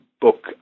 book